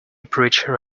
preacher